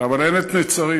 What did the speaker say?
אבל אין את נצרים.